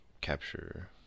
capture